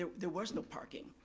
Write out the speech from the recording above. ah there was no parking.